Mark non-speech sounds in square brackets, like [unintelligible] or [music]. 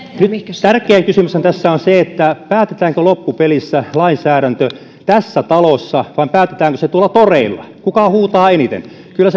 kysymys tärkeä kysymyshän tässä on se päätetäänkö loppupelissä lainsäädäntö tässä talossa vai päätetäänkö se tuolla toreilla kuka huutaa eniten kyllä [unintelligible]